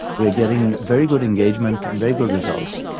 we're getting very good engagement and very good results.